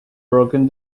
broken